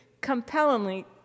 compellingly